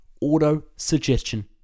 auto-suggestion